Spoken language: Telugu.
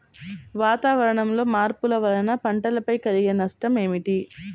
వాతావరణంలో మార్పుల వలన పంటలపై కలిగే నష్టం ఏమిటీ?